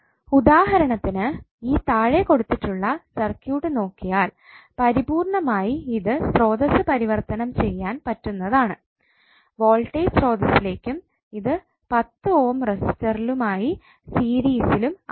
ഉദാഹരണത്തിന് ഈ താഴെ കൊടുത്തിട്ടുള്ള സർക്യൂട്ട് നോക്കിയാൽ പരിപൂർണ്ണമായി ഇത് സ്രോതസ്സ് പരിവർത്തനം ചെയ്യാൻ പറ്റുന്നതാണ് വോൾട്ടേജ് സ്രോതസ്സ്സിലേക്കും ഇത് 10 ഓം റെസിസ്റ്ററുമായി സീരീസിലും ആയിട്ട്